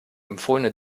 empfohlene